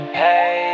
hey